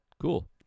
Cool